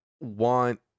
want